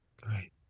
Great